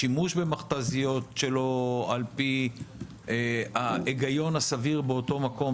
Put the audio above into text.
שימוש במכת"זיות שלא על פי ההיגיון הסביר באותו מקום,